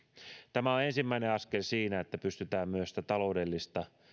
tämä on ensimmäinen askel siinä että pystytään myös taloudellista